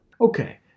Okay